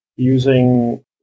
Using